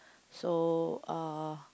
so uh